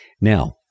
Now